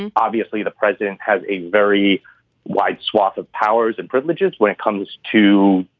and obviously, the president has a very wide swath of powers and privileges when it comes to